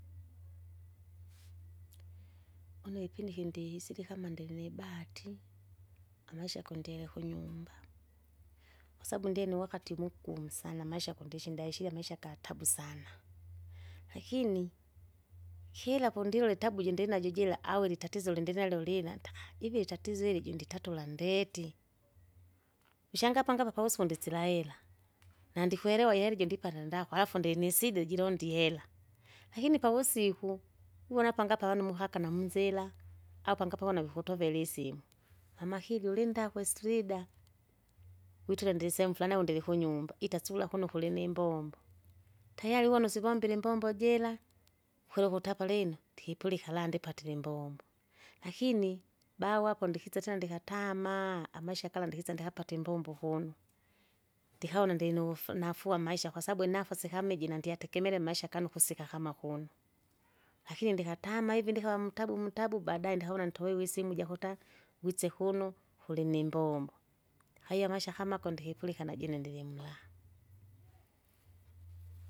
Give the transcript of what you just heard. une ipindi iki ndiisili kama ndili nibahati, amaisha kondile kunyumba, kwasabu ndini wakati mugumu sana, maisha kundisinda ishia maisha gatabu sana, lakini kila kundilula itabu iji ndinajo jira au ilitatizo lindindinalyo lila ntaha! ivi ilitatizo ili jundilitatula ndeeti? ushangaa apanga pavusiku ndisila hera, nandikwerewa ihela ijo ndipata ndaku, alafu ndinisida ijilondie hera, Lakini pavusiku wiwona apanga pavanu muhaka namunzira, apangapa avana vikutovela isimu, mamakili ulindakwe Istrida witire ndirisehemu furani au ndiri kunyumba, itasikula kuno kulinimbombo, tayari wuna sivombile imbombo jira, kwiluka ukuti apa lino, ndikipulika ala ndipatile imbombo. Lakini, bahu apo ndikisa tena ndikatamaa, amaisha gala ndikisa ndikisa ndikapata imbombo kuno, ndikaona ndinufu- nafuu amaisha kwasabu inafasi kama iji nandyategemere imaisha kana ukusika kama kuno. Lakini ndikatama ivi ndikawa ndikawa mutabu mutabu baadae ndikavona ntowewewe isimu jakuta, witse kuno, kulinimbombo. Haya maisha kama kundikipulika najune ndirimla.